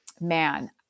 man